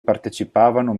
partecipavano